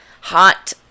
hot